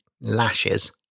lashes